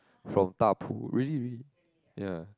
from Dapu really really ya